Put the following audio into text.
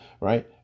Right